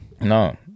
No